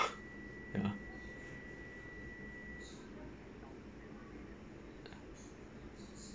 ya